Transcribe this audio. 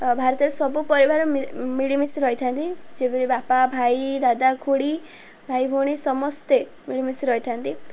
ଭାରତରେ ସବୁ ପରିବାର ମି ମିଳିମିଶି ରହିଥାନ୍ତି ଯେପରି ବାପା ଭାଇ ଦାଦା ଖୁଡ଼ି ଭାଇ ଭଉଣୀ ସମସ୍ତେ ମିଳିମିଶି ରହିଥାନ୍ତି